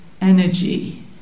energy